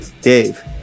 Dave